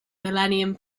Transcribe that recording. millennium